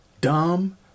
dumb